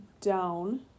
down